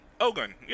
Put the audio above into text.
Ogun